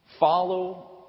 Follow